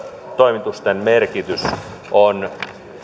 aluetoimitusten merkitys on